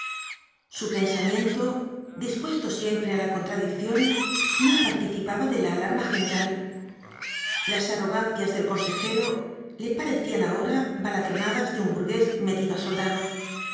su pensamiento dispuesto siempre á la contradicción no participaba de la alarma general las arrogancias del consejero le parecían ahora baladronadas de un burgués metido á soldado